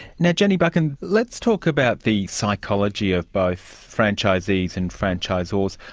yeah jenny buchan, let's talk about the psychology of both franchisees and franchisors.